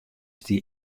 stie